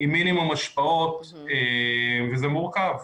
עם מינימום השפעות וזה מורכב.